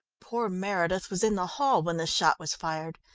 poor meredith was in the hall when the shot was fired.